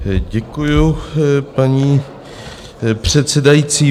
Děkuji, paní předsedající.